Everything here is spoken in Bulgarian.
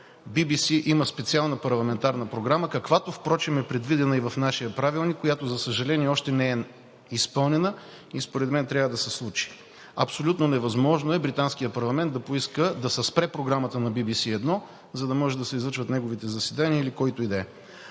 BBC има специална парламентарна програма, каквато впрочем е предвидена и в нашия правилник, която, за съжаление, още не е изпълнена и според мен трябва да се случи. Абсолютно невъзможно е британският парламент да поиска да се спре програмата на BBC 1, за да може да се излъчват неговите заседания или който и